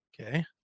Okay